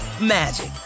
magic